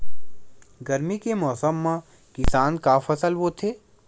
गरमी के मौसम मा किसान का फसल बोथे?